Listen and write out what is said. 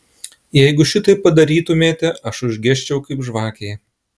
jeigu šitaip padarytumėte aš užgesčiau kaip žvakė